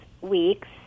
weeks